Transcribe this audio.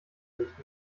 nicht